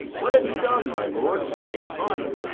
what have you done, my lord, with the dead body?